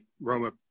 Roma –